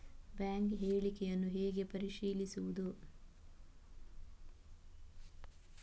Bank ಹೇಳಿಕೆಯನ್ನು ಹೇಗೆ ಪರಿಶೀಲಿಸುವುದು?